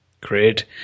Great